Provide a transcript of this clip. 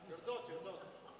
יורדות, יורדות.